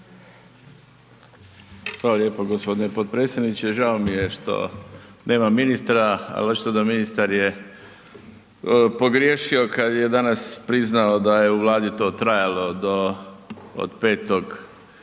Hvala lijepo g. potpredsjedniče. Žao mi je što nema ministra, ali očito da ministar je pogriješio kad je danas priznao da je u Vladi to trajalo do od 5.